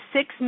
Six